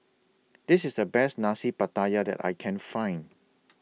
This IS The Best Nasi Pattaya that I Can Find